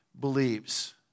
believes